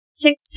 TikTok